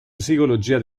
psicologia